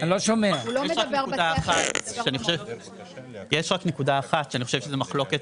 יש רק נקודה אחת שאני חושב שזה מחלוקת